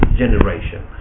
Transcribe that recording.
generation